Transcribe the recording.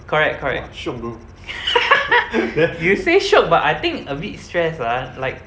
correct correct you say shiok but I think a bit stress ah like